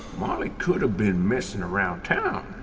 molly coulda been messin' around town.